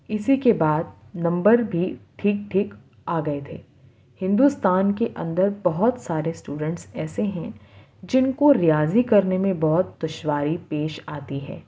اسی کے بعد نمبر بھی ٹھیک ٹھیک آ گئے تھے ہندوستان کے اندر بہت سارے اسٹوڈینٹس ایسے ہیں جن کو ریاضی کرنے میں بہت دشواری پیش آتی ہے